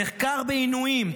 נחקר בעינויים,